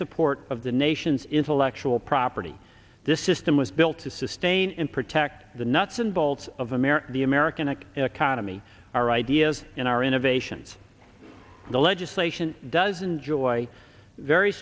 support of the nation's intellectual property this system was built to sustain and protect the nuts and bolts of america the american the economy our ideas in our innovations the legislation doesn't joy very